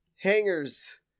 hangers